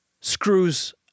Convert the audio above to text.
screws